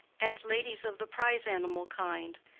and ladies of the prize-animal kind,